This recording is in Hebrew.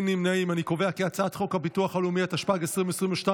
התשפ"ג 2022,